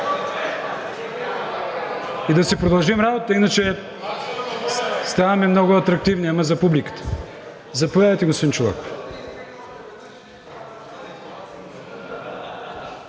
и да си продължим работата – иначе ставаме много атрактивни, но за публиката. Заповядайте, господин Чолаков.